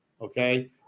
Okay